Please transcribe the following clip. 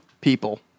people